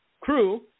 crew